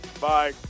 Bye